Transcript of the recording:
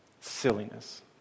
Silliness